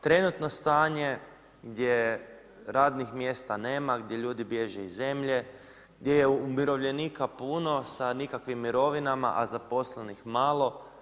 Trenutno stanje gdje radnih mjesta nema, gdje ljudi bježe iz zemlje, gdje je umirovljenika puno sa nikakvim mirovinama, a zaposlenih malo.